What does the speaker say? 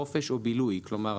חופש ובילוי כלומר,